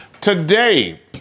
Today